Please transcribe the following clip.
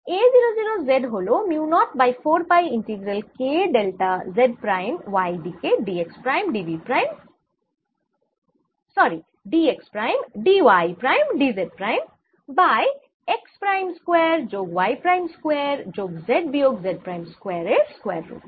A 0 0 Z হল mu naught by 4 pi integral K delta Z prime y দিকে d x prime d y prime d Z prime by x prime square যোগ y prime square যোগ z বিয়োগ z prime square এর square root